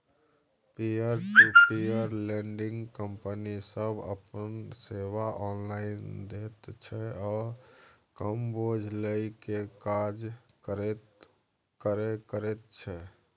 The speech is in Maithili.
peer to peer lending company सब अपन सेवा ऑनलाइन दैत छै आ कम बोझ लेइ के काज करे करैत छै